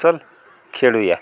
चल खेळू या